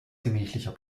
gemächlicher